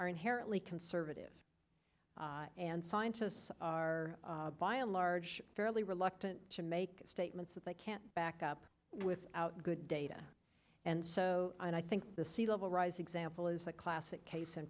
are inherently conservative and scientists are by and large fairly reluctant to make statements that they can't back up with out good data and so i think the sea level rise example is a classic case in